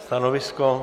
Stanovisko?